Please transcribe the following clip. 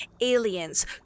aliens